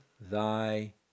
thy